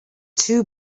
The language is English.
two